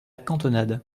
cantonade